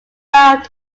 bound